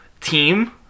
team